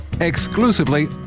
exclusively